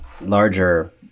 larger